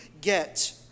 get